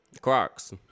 Crocs